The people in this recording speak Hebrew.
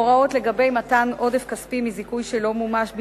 הוראות לגבי מתן עודף כספי מזיכוי שלא מומש במלואו,